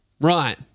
Right